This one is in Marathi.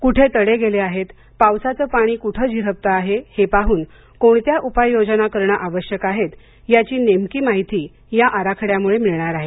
कुठे तडे गेले आहेत पावसाचे पाणी कुठे झिरपते आहे हे पाहून कोणत्या उपाययोजना करणे आवश्यक आहेत याची नेमकी माहिती या आराखड्यामुळे मिळणार आहे